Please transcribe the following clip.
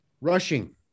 Rushing